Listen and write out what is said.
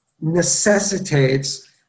necessitates